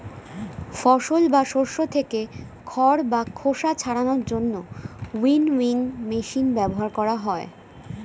ফসল বা শস্য থেকে খড় বা খোসা ছাড়ানোর জন্য উইনউইং মেশিন ব্যবহার করা হয়